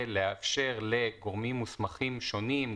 לאפשר לגורמים מוסמכים שונים,